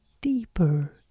deeper